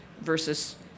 versus